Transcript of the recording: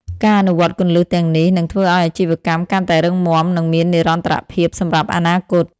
ការអនុវត្តគន្លឹះទាំងនេះនឹងធ្វើឱ្យអាជីវកម្មកាន់តែរឹងមាំ និងមាននិរន្តរភាពសម្រាប់អនាគត។